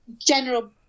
general